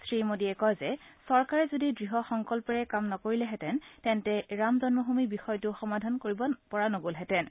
শ্ৰীমোদীয়ে কয় যে চৰকাৰে যদি দৃঢ় সংকল্পৰে কাম নকৰিলেহেতেন তেন্তে ৰাম জনমভূমি বিষয়টোও সমাধান নহলহেতেন